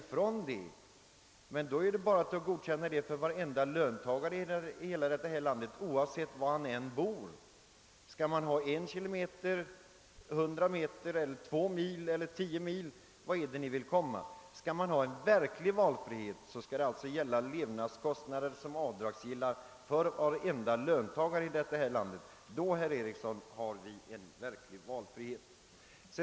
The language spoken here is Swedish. Säg i så fall att sådana avdrag bör godkännas för varenda löntagare i det här landet, oavsett var vederbörande bor. Eller skall avståndet mellan bostad och arbetsplats vara 100 meter, en kilometer, två mil eller tio mil? Vart vill ni komma? Skall det vara verklig valfrihet, så skall samma bestämmelser gälla för alla löntagare i detta land. Först då, herr Eriksson, blir det verklig valfrihet.